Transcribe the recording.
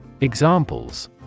Examples